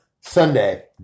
Sunday